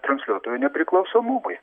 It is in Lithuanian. transliuotojo nepriklausomumui